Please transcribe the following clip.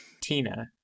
Tina